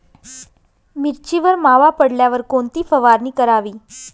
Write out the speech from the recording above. मिरचीवर मावा पडल्यावर कोणती फवारणी करावी?